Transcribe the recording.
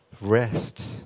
Rest